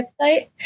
website